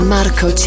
Marco